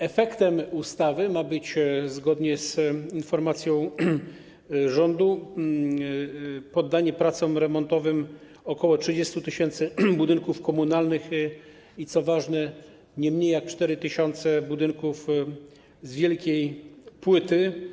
Efektem ustawy zgodnie z informacją rządu ma być poddanie pracom remontowym ok. 30 tys. budynków komunalnych i, co ważne, nie mniej jak 4 tys. budynków z wielkiej płyty.